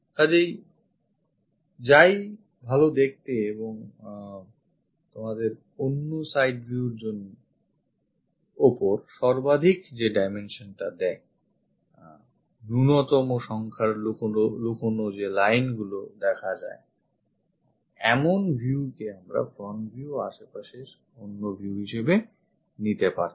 কাজেই যা ই ভালো দেখতে এবং তোমাকে অন্য side view র ওপর সর্বাধিকdimensions দেয় ন্যৃনতম সংখ্যায় লুকোনো lineগুলো দেখা যায় এমন viewকে আমরা একটি front view ও আশেপাশের অন্য view হিসেবে নিতে পারতাম